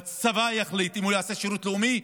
והצבא יחליט אם הוא יעשה שירות לאומי,